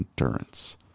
endurance